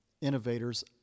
innovators